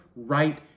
Right